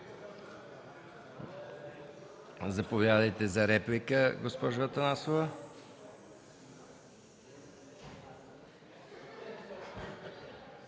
Заповядайте за дуплика, госпожо Панайотова.